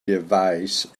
device